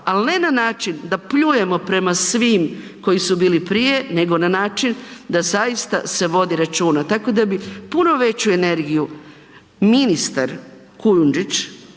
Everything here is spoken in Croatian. Ali ne na način da pljujemo prema svim koji su bili prije nego na način da zaista se vodi računa. Tako da bi puno veću energiju ministar Kujundžić,